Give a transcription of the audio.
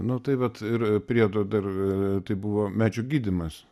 nu tai vat ir priedo dar tai buvo medžių gydymas